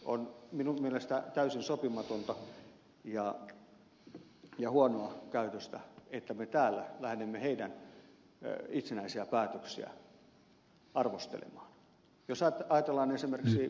on minun mielestäni täysin sopimatonta ja huonoa käytöstä että me täällä lähdemme heidän itsenäisiä päätöksiään arvostelemaan